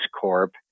corp